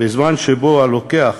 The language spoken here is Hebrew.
בזמן שבו הלקוח